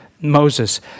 Moses